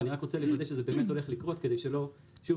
ואני רק רוצה לוודא שזה באמת הולך לקרות כדי שלא תהיה שוב